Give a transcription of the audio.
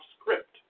script